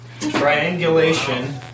Triangulation